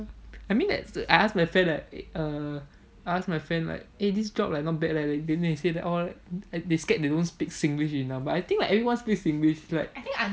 I mean that's I asked my friend like err I asked my friend like eh this job like not bad leh then they say that orh they scared they don't speak singlish enough but I think like everyone speaks singlish like